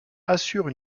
assurent